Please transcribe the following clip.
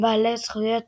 בעלי הזכויות